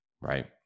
right